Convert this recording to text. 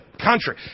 country